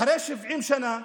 אחרי 70 שנה,